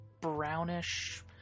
brownish